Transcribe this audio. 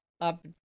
up